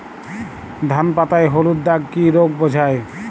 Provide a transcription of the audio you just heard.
ধান পাতায় হলুদ দাগ কি রোগ বোঝায়?